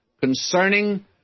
concerning